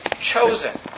chosen